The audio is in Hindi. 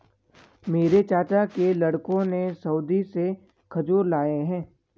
मेरे चाचा के लड़कों ने सऊदी से खजूर लाए हैं